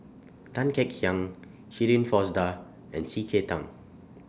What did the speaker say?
Tan Kek Hiang Shirin Fozdar and C K Tang